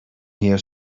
here